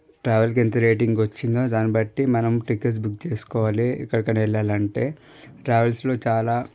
ట్రావెల్కి ఎంత రేటింగ్ వచ్చిందో దాన్ని బట్టి మనం టికెట్స్ బుక్ చేసుకోవాలి ఎక్కడికైనా వెళ్లాలంటే ట్రావెల్స్లో చాలా